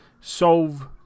solve